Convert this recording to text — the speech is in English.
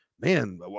man